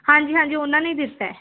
ਹਾਂਜੀ ਹਾਂਜੀ ਉਹਨਾਂ ਨੇ ਹੀ ਦਿੱਤਾ